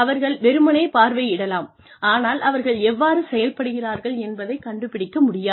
அவர்கள் வெறுமனே பார்வையிடலாம் ஆனால் அவர்கள் எவ்வாறு செயல்படுகிறார்கள் என்பதை கண்டுபிடிக்க முடியாது